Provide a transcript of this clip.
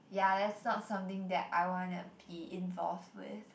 yeah that's not something that I wanna be involved with